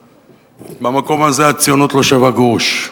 במקום הזה הציונות לא שווה גרוש.